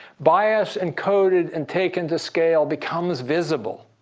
bias encoded and taken to scale becomes visible.